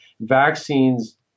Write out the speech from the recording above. Vaccines